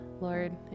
Lord